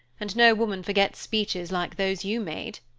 and no woman forgets speeches like those you made,